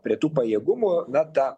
prie tų pajėgumų na ta